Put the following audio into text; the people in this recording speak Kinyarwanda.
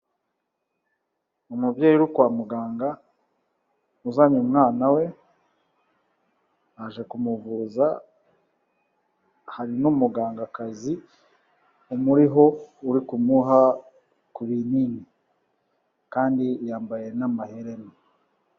Umubyeyi uri kwa muganga uzanye umwana we aje kumuvuza, hari n'umugangakazi umuriho uri kumuha ku binini, kandi yambaye n'amaherena.